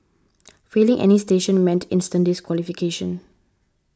failing any station meant instant disqualification